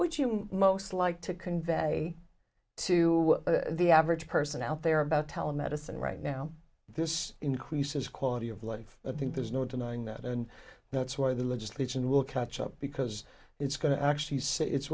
you most like to convey to the average person out there about telemedicine right now this increases quality of life i think there's no denying that and that's why the legislation will catch up because it's going to actually